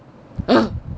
ugh